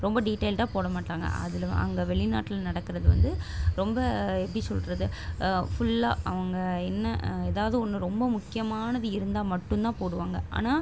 ரொம்ப டீட்டெய்ல்டாக போடமாட்டாங்க அதில் அங்கே வெளிநாட்டில் நடக்குறது வந்து ரொம்ப எப்படி சொல்வது ஃபுல்லா அவங்க என்ன ஏதாவது ஒன்று ரொம்ப முக்கியமானது இருந்தால் மட்டும்தான் போடுவாங்க ஆனால்